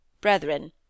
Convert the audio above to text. Brethren